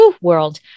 world